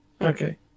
Okay